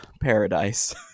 paradise